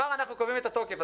מחר אנחנו מקבלים את התוקף,